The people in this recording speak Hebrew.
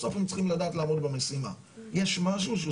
בסוף הם צריכים לדעת לעמוד במשימה.